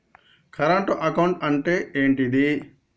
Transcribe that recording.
Current account అంటే ఏంటిది?